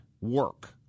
work